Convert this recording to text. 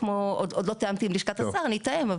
עוד לא תיאמתי עם לשכת השר, אני אתאם.